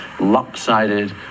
lopsided